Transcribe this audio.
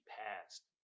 passed